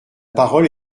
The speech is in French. parole